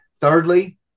Thirdly